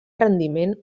rendiment